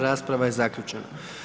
Rasprava je zaključena.